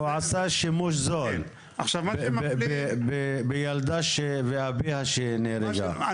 והוא עשה שימוש זול בילדה ואביה שנהרגו.